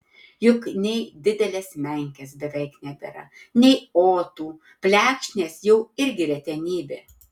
juk nei didelės menkės beveik nebėra nei otų plekšnės jau irgi retenybė